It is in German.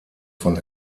von